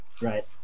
right